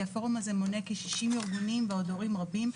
כי הפורום הזה מונה כ-60 ארגונים ועוד הורים רבים.